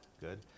good